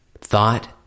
thought